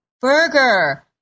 burger